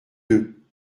deux